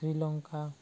Sri Lanka